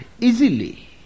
easily